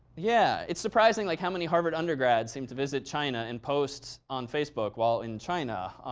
yeah. it's surprising like how many harvard undergrads seem to visit china and posts on facebook while in china,